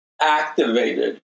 activated